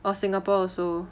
or singapore also